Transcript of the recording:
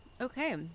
Okay